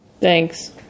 Thanks